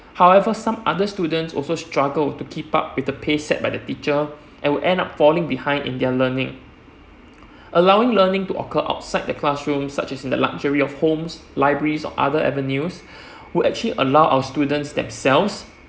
however some other students also struggle to keep up with the pace set by the teacher and would end up falling behind in their learning allowing learning to occur outside the classroom such as in a luxury of homes libraries or other avenues would actually allow our students themselves